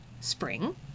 Spring